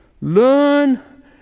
Learn